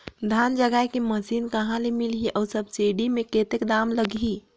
धान जगाय के मशीन कहा ले मिलही अउ सब्सिडी मे कतेक दाम लगही?